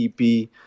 EP